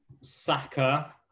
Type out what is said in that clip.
Saka